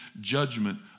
judgment